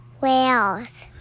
whales